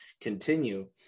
continue